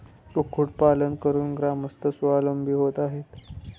कुक्कुटपालन करून ग्रामस्थ स्वावलंबी होत आहेत